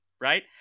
Right